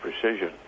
precision